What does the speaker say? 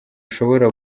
ushobora